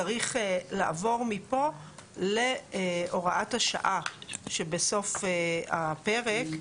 צריך לעבור מפה להוראת השעה שבסוף הפרק.